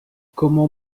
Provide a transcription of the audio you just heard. comment